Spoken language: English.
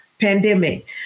pandemic